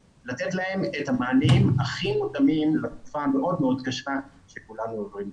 את המענים הכי מותאמים לתקופה המאוד מאוד קשה שכולנו עוברים.